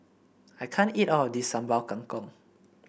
I can't eat all of this Sambal Kangkong